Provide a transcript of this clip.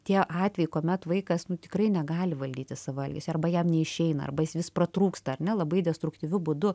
tie atvejai kuomet vaikas nu tikrai negali valdyti savo elgesio arba jam neišeina arba jis vis pratrūksta ar ne labai destruktyviu būdu